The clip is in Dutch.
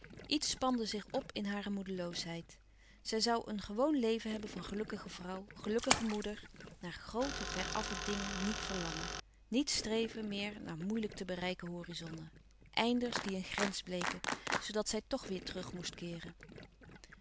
iets spande zich p in hare moedeloosheid zij zoû een gewoon leven hebben van gelukkige vrouw gelukkige moeder naar grte ver affe dingen niet verlangen niet streven meer naar moeilijk te bereiken horizonnen einders die een grens bleken zoodat zij toch weêr terug moest keeren